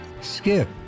Skip